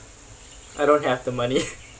I don't have the money